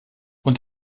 und